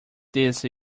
this